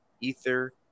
ether